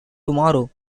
tomorrow